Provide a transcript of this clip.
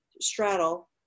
straddle